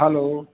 hello